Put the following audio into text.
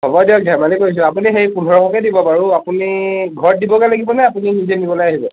হ'ব দিয়ক ধেমালি কৰিছোঁ আপুনি সেই পোন্ধৰশকৈ দিব বাৰু আপুনি ঘৰত দিবগৈ লাগিবনে নে আপুনি নিজে নিবলৈ আহিব